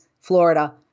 Florida